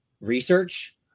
Research